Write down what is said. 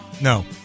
No